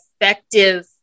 effective